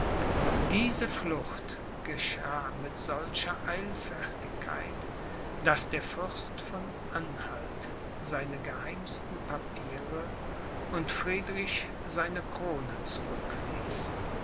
diese flucht geschah mit solcher eilfertigkeit daß der fürst von anhalt seine geheimsten papiere und friedrich seine krone